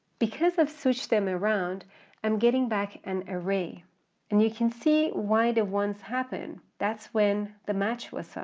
because i've switched them around i'm getting back an array and you can see why the ones happen, that's when the match was on.